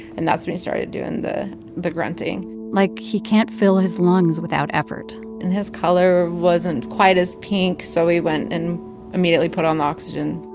and that's when he started doing the the grunting like he can't fill his lungs without effort and his color wasn't quite as pink, so we went and immediately put on the oxygen